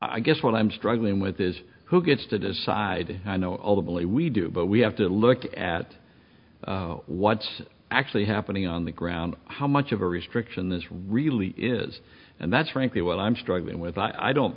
i guess what i'm struggling with is who gets to decide i know ultimately we do but we have to look at what's actually happening on the ground how much of a restriction this really is and that's frankly well i'm struggling with i don't